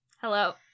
Hello